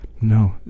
no